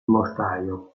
mortaio